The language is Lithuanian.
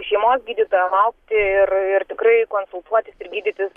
šeimos gydytoją laukti ir ir tikrai konsultuotis ir gydytis